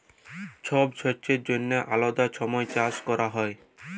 ছব শস্যের জ্যনহে আলেদা ছময় চাষ ক্যরা হ্যয়